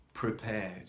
prepared